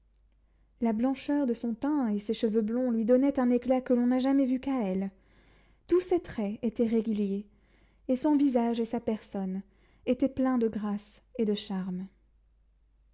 la blancheur de son teint et ses cheveux blonds lui donnaient un éclat que l'on n'a jamais vu qu'à elle tous ses traits étaient réguliers et son visage et sa personne étaient pleins de grâce et de charmes